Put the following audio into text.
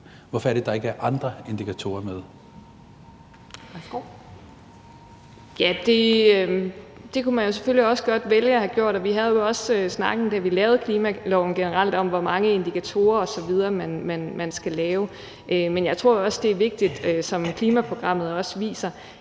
Værsgo. Kl. 12:02 Anne Paulin (S): Ja, det kunne man selvfølgelig godt vælge at have gjort, og vi havde jo også, da vi lavede klimaloven, en generel snak om, hvor mange indikatorer osv. man skal lave. Men jeg tror jo også, det er vigtigt, som klimaprogrammet også viser,